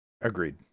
agreed